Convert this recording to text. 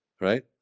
Right